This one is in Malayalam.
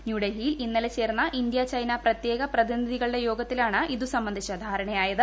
ന്യൂഡൽഹിയിൽ ഇന്നലെ ചേർന്ന ഇന്ത്യ ചൈന പ്രത്യേക പ്രതിനിധികളുടെ യോഗത്തിലാണ് ഇതു സംബന്ധിച്ച ധാരണയായത്